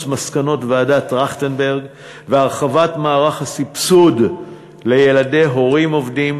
מסקנות ועדת טרכטנברג והרחבת מערך הסבסוד לילדי הורים עובדים,